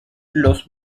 los